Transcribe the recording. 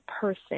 person